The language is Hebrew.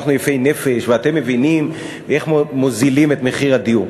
אנחנו יפי נפש ואתם מבינים איך מוזילים את הדיור.